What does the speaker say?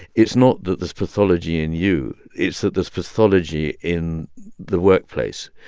it's not that there's pathology in you. it's that there's pathology in the workplace,